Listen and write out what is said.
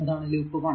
ഇതാണ് ലൂപ്പ് 1